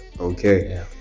Okay